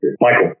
Michael